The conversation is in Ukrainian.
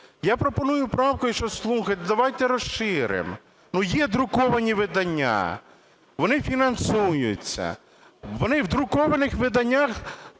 Я пропоную правкою, що, "слуги", давайте розширимо. Є друковані видання, вони фінансуються, вони в друкованих виданнях